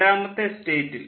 രണ്ടാമത്തെ സ്റ്റേറ്റിൽ